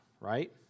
right